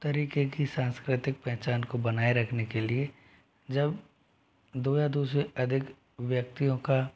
तरीक़े की सांस्कृतिक पेहचान को बनाए रखने के लिए जब दो या दो से अधिक व्यक्तियों का